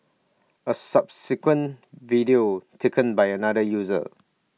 A subsequent video taken by another user